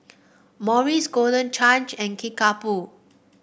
Morries Golden Change and Kickapoo